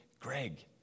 Greg